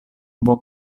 buon